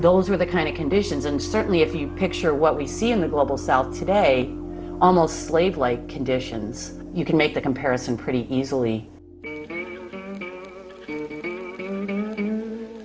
those were the kind of conditions and certainly if you pick sure what we see in the global south today almost slave like conditions you can make the comparison pretty easily m